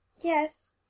Yes